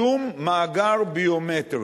שום מאגר ביומטרי.